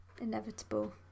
inevitable